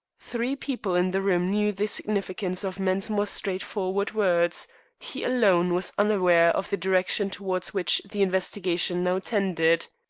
three people in the room knew the significance of mensmore's straightforward words he alone was unaware of the direction towards which the investigation now tended.